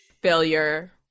failure